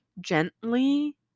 gently